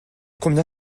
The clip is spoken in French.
combien